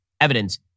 evidence